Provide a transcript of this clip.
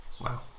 wow